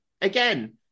again